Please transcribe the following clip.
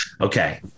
okay